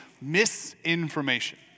misinformation